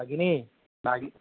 भगिनी